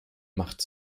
macht